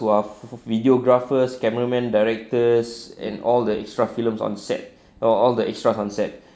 who are videographers cameraman directors and all the extra films on set all the extra on set